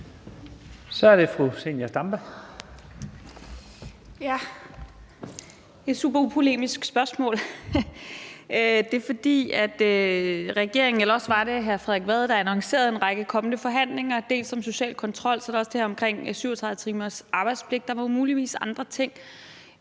Kl. 13:10 Zenia Stampe (RV): Det er et superupolemisk spørgsmål. Regeringen, eller også var det hr. Frederik Vad, annoncerede en række kommende forhandlinger, bl.a. om social kontrol, og så var der også det her omkring 37 timers arbejdspligt – der var muligvis andre ting.